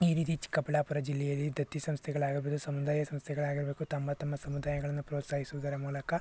ಈ ರೀತಿ ಚಿಕ್ಕಬಳ್ಳಾಪುರ ಜಿಲ್ಲೆಯಲ್ಲಿ ದತ್ತಿ ಸಂಸ್ಥೆಗಳಾಗಿರ್ಬೋದು ಸಮುದಾಯ ಸಂಸ್ಥೆಗಳಾಗಿರಬೇಕು ತಮ್ಮ ತಮ್ಮ ಸಮುದಾಯಗಳನ್ನು ಪ್ರೋತ್ಸಾಹಿಸುವುದರ ಮೂಲಕ